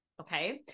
Okay